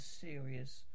serious